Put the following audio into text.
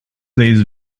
days